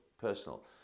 personal